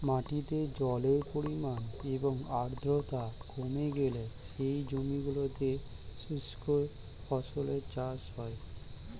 মাটিতে জলের পরিমাণ এবং আর্দ্রতা কমে গেলে সেই জমিগুলোতে শুষ্ক ফসলের চাষ হয়